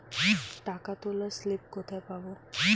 টাকা তোলার স্লিপ কোথায় পাব?